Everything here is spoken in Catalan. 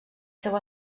seu